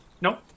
Nope